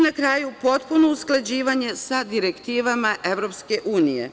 Na kraju, potpuno usklađivanje sa direktivama EU.